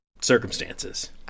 circumstances